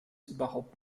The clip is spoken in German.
überhaupt